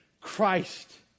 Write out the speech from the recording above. Christ